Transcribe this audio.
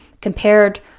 Compared